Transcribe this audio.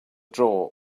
drawer